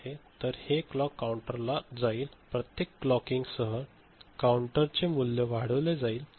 तर हे क्लॉक काउंटरला जाईल प्रत्येक क्लॉकिंग सह तकाउंटर चे मूल्य वाढविले जाईल